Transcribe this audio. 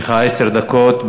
יש לך עשר דקות.